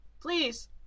Please